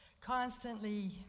constantly